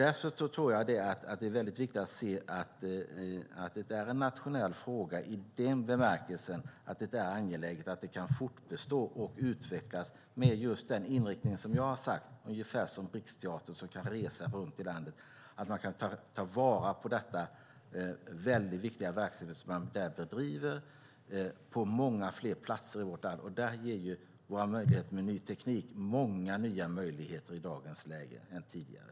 Därför tror jag att det är viktigt att se att detta är en nationell fråga i bemärkelsen att det är angeläget att verksamheten kan fortbestå och utvecklas med just den inriktning som jag har talat om - ungefär som Riksteatern som kan resa runt i landet. Man ska ta vara på den viktiga verksamhet som bedrivs på många fler platser i vårt land. Där ger den nya tekniken många fler nya möjligheter i dagens läge än tidigare.